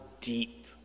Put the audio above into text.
deep